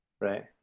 right